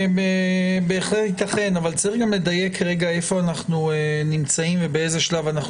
בהחלט ייתכן אבל יש לדייק היכן אנו נמצאים ובאיזה שלב.